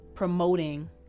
promoting